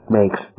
makes